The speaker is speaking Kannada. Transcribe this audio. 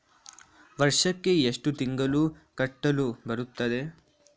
ವರ್ಷಕ್ಕೆ ಎಷ್ಟು ತಿಂಗಳು ಕಟ್ಟಲು ಬರುತ್ತದೆ?